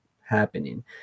happening